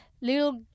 little